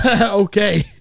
Okay